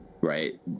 right